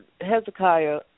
Hezekiah